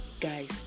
guys